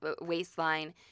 waistline